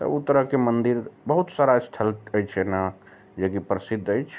तऽ ओ तरहके मन्दिर बहुत सारा स्थल अछि एना जेकि प्रसिद्ध अछि